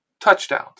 touchdowns